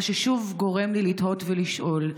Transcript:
מה ששוב גורם לי לתהות ולשאול: